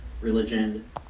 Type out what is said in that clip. religion